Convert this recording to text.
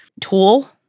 tool